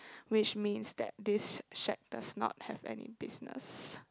which means that this shade does not has any business